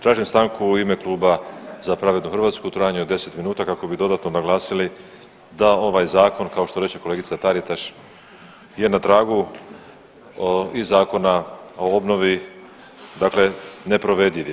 Tražim stanku u ime kluba Za pravednu Hrvatsku u trajanju od 10 minuta kako bi dodatno naglasili da ovaj zakon kao što reče kolegica Taritaš je na tragu i Zakona o obnovi, dakle neprovediv je.